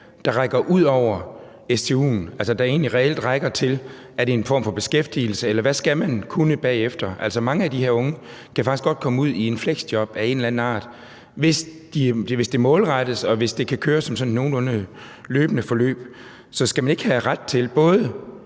der rækker ud over stu'en, altså, der egentlig reelt rækker til en form for beskæftigelse, i forhold til hvad man skal kunne bagefter? Mange af de her unge kan faktisk godt komme ud i et fleksjob af en eller anden art, hvis det målrettes, og hvis det kan køre som et sådan nogenlunde løbende forløb. Skal man ikke have ret til både